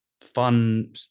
fun